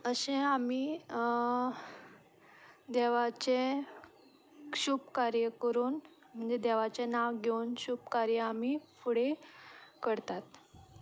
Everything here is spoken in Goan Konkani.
अशें आमी देवाचें शुभ कार्य करून म्हणजें देवाचें नांव घेवन शुभ कार्य आमी फुडें करतात